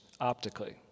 optically